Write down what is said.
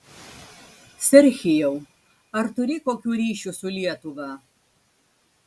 serhijau ar turi kokių ryšių su lietuva